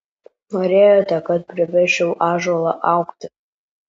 norėjote kad priversčiau ąžuolą augti